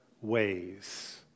ways